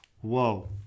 whoa